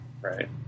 Right